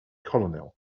colonel